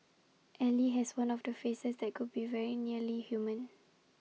ally has one of the faces that could be very nearly human